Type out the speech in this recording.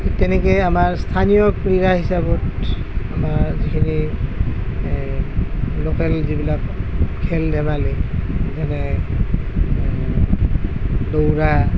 ঠিক তেনেকেই আমাৰ স্থানীয় ক্ৰীড়া হিচাপত আমাৰ যিখিনি লোকেল যিবিলাক খেল ধেমালি যেনে দৌৰা